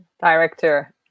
director